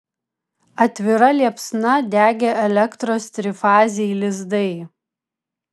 atvira liepsna degė elektros trifaziai lizdai